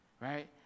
right